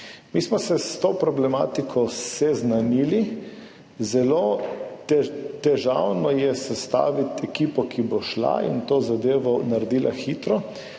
Mi smo se s to problematiko seznanili. Zelo težavno je sestaviti ekipo, ki bo šla in to zadevo naredila hitro.